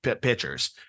pitchers